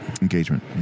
engagement